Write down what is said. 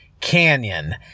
canyon